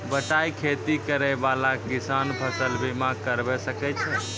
बटाई खेती करै वाला किसान फ़सल बीमा करबै सकै छौ?